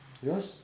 yours